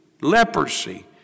leprosy